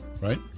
Right